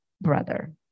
brother